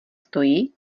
stojí